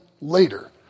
later